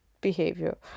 behavior